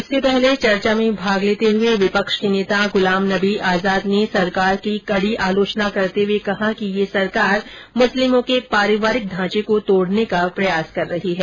इससे पहले चर्चा में भाग लेते हुए विपक्ष के नेता गुलाम नबी आजाद ने सरकार की कड़ी आलोचना करते हुए कहा कि यह सरकार मुस्लिमों के पारिवारिक ढांचे को तोड़ने का प्रयास कर रही है